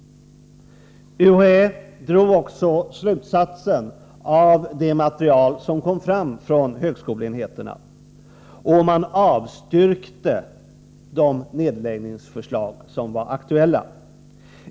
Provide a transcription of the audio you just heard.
UHÄ drog också den slutsatsen av det material som kom fram från högskoleenheterna och avstyrkte de nedläggningsförslag som var aktuella.